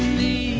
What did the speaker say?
the